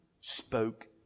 spoke